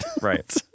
right